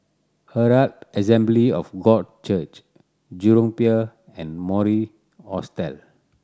Herald Assembly of God Church Jurong Pier and Mori Hostel